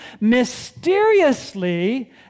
mysteriously